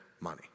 money